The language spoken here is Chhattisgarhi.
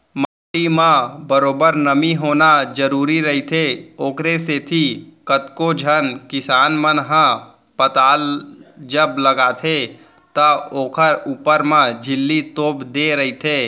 माटी म बरोबर नमी होना जरुरी रहिथे, ओखरे सेती कतको झन किसान मन ह पताल जब लगाथे त ओखर ऊपर म झिल्ली तोप देय रहिथे